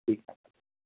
ठीकु आहे